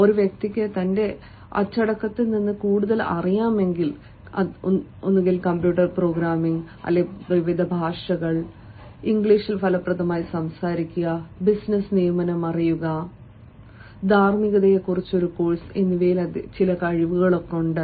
ഒരു വ്യക്തിക്ക് തന്റെ അച്ചടക്കത്തിൽ നിന്ന് കൂടുതൽ അറിയാമെങ്കിൽ കമ്പ്യൂട്ടർ പ്രോഗ്രാമിംഗ് ഭാഷകൾ ഇംഗ്ലീഷ് ഫലപ്രദമായി സംസാരിക്കുക ബിസിനസ്സ് നിയമം അറിയുക ധാർമ്മികതയെക്കുറിച്ച് ഒരു കോഴ്സ് എന്നിവയിൽ അദ്ദേഹത്തിന് ചില കഴിവുകൾ ലഭിച്ചിട്ടുണ്ട്